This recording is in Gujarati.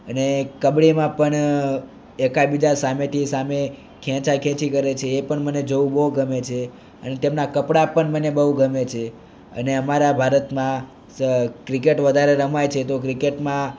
અને કબડ્ડીમાં પણ એકબીજા સામેથી સામે ખેંચાખેંચી કરે છે એ પણ મને જોવું બહુ ગમે છે અને તેમના કપડાં પણ મને બહુ ગમે છે અને અમારા ભારતમાં ક્રિકેટ વધારે રમાય છે તો ક્રિકેટમાં